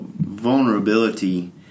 vulnerability